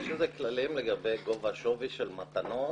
יש איזה כללים לגבי גובה השווי של מתנות?